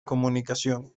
comunicación